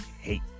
hate